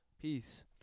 Peace